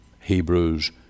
Hebrews